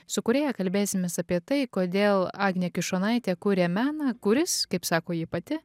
su kūrėja kalbėsimės apie tai kodėl agnė kišonaitė kuria meną kuris kaip sako ji pati